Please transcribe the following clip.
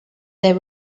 they